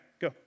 go